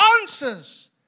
answers